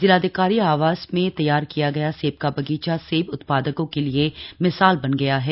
जिलाधिकारी आवास में तैयार किया गया सेब का बगीचा सेब उत्पादकों के लिए मिसाल बन गया है